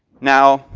now,